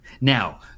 Now